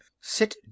Sit